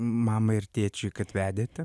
mamai ir tėčiui kad vedėte